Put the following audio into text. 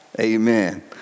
amen